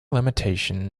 limitation